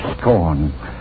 scorn